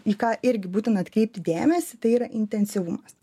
į ką irgi būtina atkreipti dėmesį tai yra intensyvumas